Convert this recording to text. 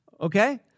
okay